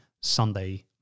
Sunday